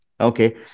Okay